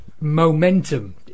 momentum